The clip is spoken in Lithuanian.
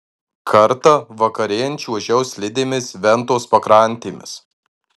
kartą vakarėjant čiuožiau slidėmis ventos pakrantėmis